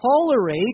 tolerate